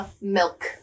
milk